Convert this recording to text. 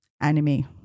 anime